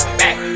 back